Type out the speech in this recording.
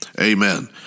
amen